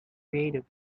creative